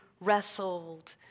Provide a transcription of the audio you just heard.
wrestled